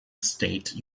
state